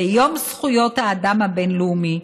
ביום זכויות האדם הבין-לאומי,